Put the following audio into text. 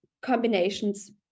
combinations